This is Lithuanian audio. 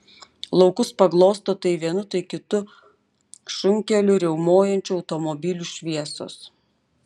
laukus paglosto tai vienu tai kitu šunkeliu riaumojančių automobilių šviesos